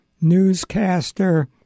newscaster